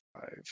five